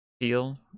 feel